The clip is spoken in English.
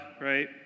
Right